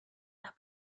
las